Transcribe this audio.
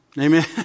Amen